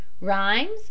Rhymes